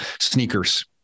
sneakers